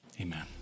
Amen